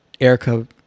Erica